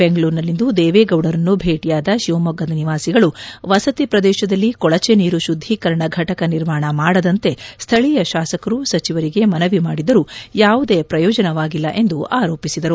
ಬೆಂಗಳೂರಿನಲ್ಲಿಂದು ದೇವೇಗೌಡರನ್ನು ಭೇಟಿಯಾದ ಶಿವಮೊಗ್ಗದ ನಿವಾಸಿಗಳು ವಸತಿ ಪ್ರದೇಶದಲ್ಲಿ ಕೊಳಚೆ ನೀರು ಶುದ್ದೀಕರಣ ಫಟಕ ನಿರ್ಮಾಣ ಮಾಡದಂತೆ ಸ್ಥಳೀಯ ಶಾಸಕರು ಸಚಿವರಿಗೆ ಮನವಿ ಮಾಡಿದ್ದರೂ ಯಾವುದೇ ಪ್ರಯೋಜನವಾಗಿಲ್ಲ ಎಂದು ಆರೋಪಿಸಿದರು